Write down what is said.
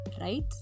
right